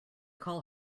call